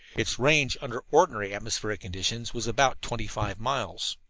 its range, under ordinary atmospheric conditions, was about twenty-five miles.